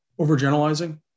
overgeneralizing